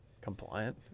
compliant